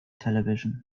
television